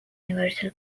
universal